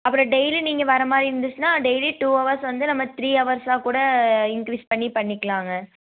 அப்புறம் டெய்லியும் நீங்கள் வரமாதிரி இருந்துச்சுன்னா டெய்லி டூ ஹவர்ஸ் வந்து நம்ம த்ரீ ஹவர்ஸ்ஸாக கூட இன்கிரீஸ் பண்ணி பண்ணிக்கலாங்க